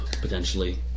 potentially